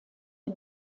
die